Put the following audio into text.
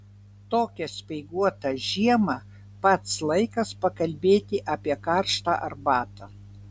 tokią speiguotą žiemą pats laikas pakalbėti apie karštą arbatą